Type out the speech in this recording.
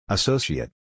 Associate